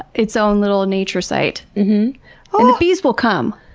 its own little nature site and the bees will come.